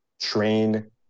train